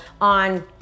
on